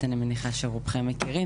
הוא לא טוב ואז אנחנו רודפים אחרי עצמנו.